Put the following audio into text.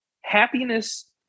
happiness